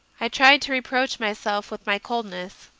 i tried to reproach myself with my coldness,